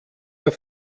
mehr